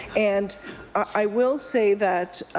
and i will say that